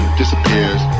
disappears